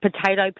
potato